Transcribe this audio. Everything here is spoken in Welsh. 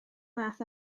math